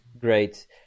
great